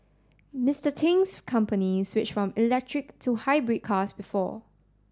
Mister Ting's company switched from electric to hybrid cars before